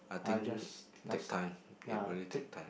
I think take time it really take time